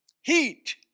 Heat